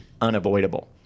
unavoidable